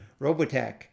robotech